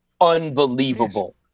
unbelievable